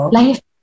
life